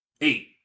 Eight